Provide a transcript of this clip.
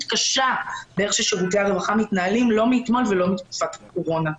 קשה איך ששירותי הרווחה מתנהלים לא מאתמול ולא מתקופת הקורונה.